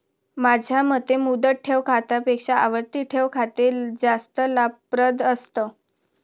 माझ्या मते मुदत ठेव खात्यापेक्षा आवर्ती ठेव खाते जास्त लाभप्रद असतं